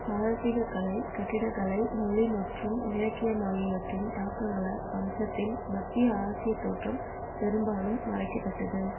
பாரசீகக் கலை கட்டிடக்கலை மொழி மற்றும் இலக்கியம் ஆகியவற்றின் தாக்கங்களால் வம்சத்தின் மத்திய ஆசியத் தோற்றம் பெரும்பாலும் மறைக்கப்பட்டது